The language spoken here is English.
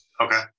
Okay